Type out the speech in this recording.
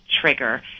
trigger